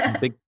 big